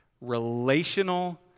relational